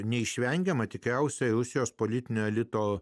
neišvengiama tykiausioje rusijos politinio elito